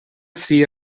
suí